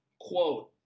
Quote